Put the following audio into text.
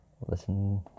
listen